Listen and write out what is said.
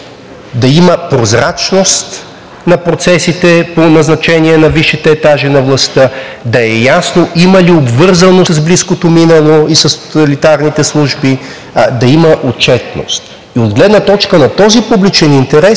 Да има прозрачност на процесите по назначение на висшите етажи на властта, да е ясно има ли обвързаности с близкото минало и с тоталитарните служби, да има отчетност. От гледна точка на този публичен интерес